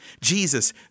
Jesus